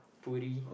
Puri